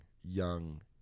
young